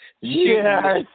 yes